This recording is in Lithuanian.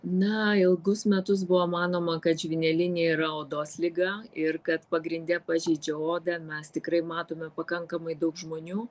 na ilgus metus buvo manoma kad žvynelinė yra odos liga ir kad pagrinde pažeidžia odą mes tikrai matome pakankamai daug žmonių